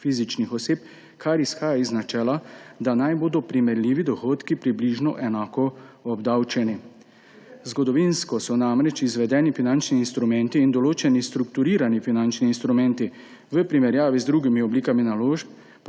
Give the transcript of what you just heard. fizičnih oseb, kar izhaja iz načela, da naj bodo primerljivi dohodki približno enako obdavčeni. Zgodovinsko so namreč izvedeni finančni instrumenti in določeni strukturirani finančni instrumenti v primerjavi z drugimi oblikami naložb